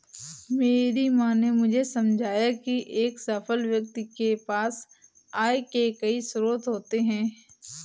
मेरी माँ ने मुझे समझाया की एक सफल व्यक्ति के पास आय के कई स्रोत होते हैं